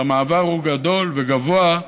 והמעבר הוא גדול וגבוה,